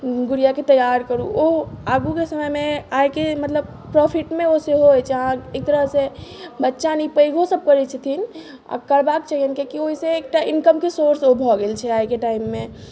गुड़ियाकेँ तैयार करू ओ आगूके समयमे आइके मतलब प्रोफिटमे ओ सेहो अछि अहाँ एक तरहसँ बच्चा नहि पैघोसभ करैत छथिन आ करबाक चाहियैन कियाकि ओहिसँ एकटा इनकमके सोर्स ओ भऽ गेल छै आइके टाइममे